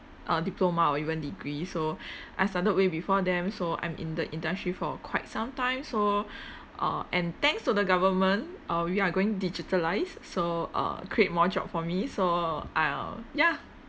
uh diploma or even degree so I started way before them so I'm in the industry for quite some time so uh and thanks to the government uh we are going digitalised so uh create more job for me so I'll ya